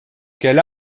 quelle